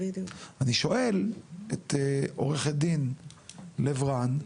אני שואל את עורכת דין שירי לב רן,